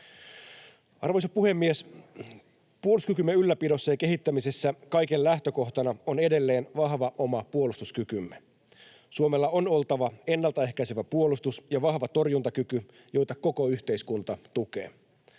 Arvoisa puhemies! Puolustuskykymme ylläpidossa ja kehittämisessä kaiken lähtökohtana on edelleen vahva oma puolustuskykymme. Suomella on oltava ennaltaehkäisevä puolustus ja vahva torjuntakyky, joita koko yhteiskunta tukee.